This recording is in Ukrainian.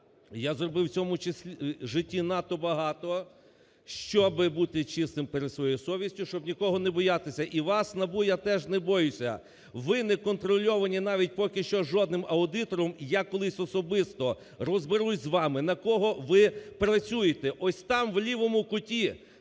я зробив у цьому житті надто багато, щоби бути чистими перед своєю совістю, щоб нікого не боятися, і вас, НАБУ, я теж не боюся! Ви не контрольовані навіть поки що жодним аудитором. Я колись особисто розберусь з вами, на кого ви працюєте! Ось там, у лівому куті